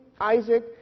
Isaac